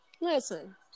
Listen